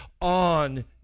on